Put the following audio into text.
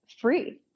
free